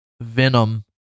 Venom